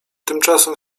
tymczasem